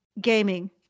gaming